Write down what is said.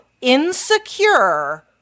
insecure